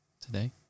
today